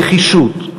נחישות,